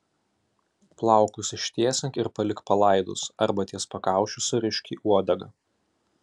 plaukus ištiesink ir palik palaidus arba ties pakaušiu surišk į uodegą